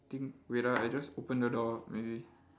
think wait ah I just open the door maybe